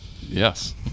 Yes